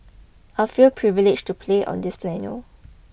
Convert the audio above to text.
I feel privileged to play on this piano